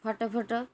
photo photo